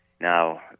Now